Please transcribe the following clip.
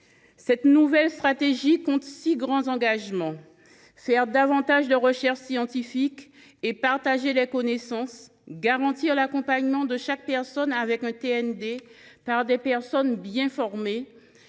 Cette nouvelle stratégie comporte six grands engagements : développer la recherche scientifique et partager les connaissances ; garantir l’accompagnement de chaque personne souffrant d’un TND par des personnes bien formées